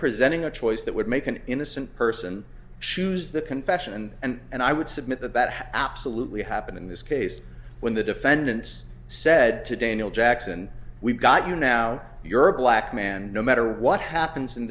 presenting a choice that would make an innocent person shoes the confession and and i would submit that that absolutely happened in this case when the defendants said to daniel jackson we've got you now you're a black man no matter what happens in